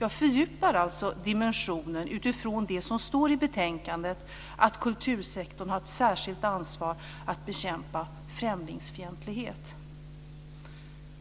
Jag fördjupar alltså dimensionen utifrån det som står i betänkandet, att kultursektorn har ett särskilt ansvar att bekämpa främlingsfientlighet.